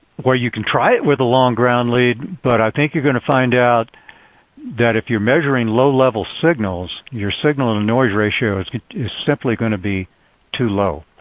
well you can try it with a long ground lead, but i think you're going to find out that if you are measuring low-level signals, your signal to and and noise ratio is is simply going to be too low.